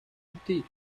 voûté